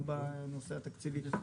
גם בנושא התקציבי.